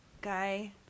guy